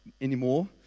anymore